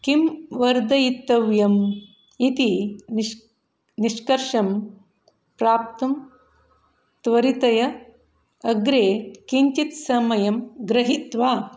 किं वर्धितव्यम् इति निश् निष्कर्षं प्राप्तुं त्वरितया अग्रे किञ्चित् समयं गृहीत्वा